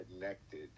connected